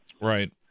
Right